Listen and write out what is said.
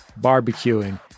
barbecuing